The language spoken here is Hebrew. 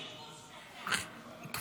אני רק אומר,